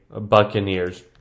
Buccaneers